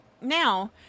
Now